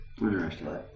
Interesting